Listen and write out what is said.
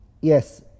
Yes